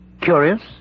curious